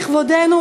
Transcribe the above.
לכבודנו,